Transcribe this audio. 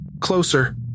Closer